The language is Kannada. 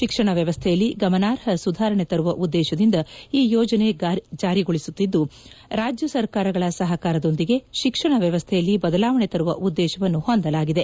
ಶಿಕ್ಷಣ ವ್ಯವಸ್ಥೆಯಲ್ಲಿ ಗಮನಾರ್ಹ ಸುಧಾರಣೆ ತರುವ ಉದ್ದೇಶದಿಂದ ಈ ಯೋಜನೆ ಜಾರಿಗೊಳಿಸುತ್ತಿದ್ದು ರಾಜ್ಯ ಸರ್ಕಾರಗಳ ಸಹಕಾರದೊಂದಿಗೆ ಶಿಕ್ಷಣ ವ್ಯವಸ್ತೆಯಲ್ಲಿ ಬದಲಾವಣೆ ತರುವ ಉದ್ದೇಶವನ್ನು ಹೊಂದಲಾಗಿದೆ